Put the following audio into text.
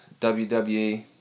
WWE